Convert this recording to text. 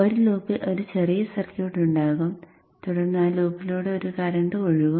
ഒരു ലൂപ്പിൽ ഒരു ചെറിയ സർക്യൂട്ട് ഉണ്ടാകും തുടർന്ന് ആ ലൂപ്പിലൂടെ ഒരു കറന്റ് ഒഴുകും